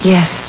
Yes